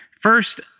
first